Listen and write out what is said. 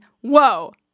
whoa